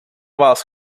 vás